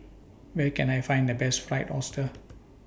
Where Can I Find The Best Fried Oyster